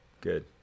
Good